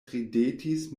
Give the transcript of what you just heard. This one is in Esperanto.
ridetis